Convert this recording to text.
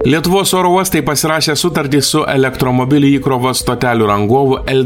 lietuvos oro uostai pasirašė sutartį su elektromobilį įkrovos stotelių rangovu el